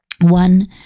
One